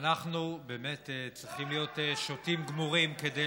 אנחנו צריכים להיות שוטים גמורים כדי